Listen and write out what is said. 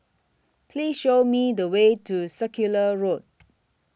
Please Show Me The Way to Circular Road